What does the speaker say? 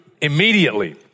immediately